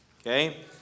okay